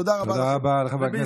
תודה רבה לכם.